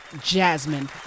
Jasmine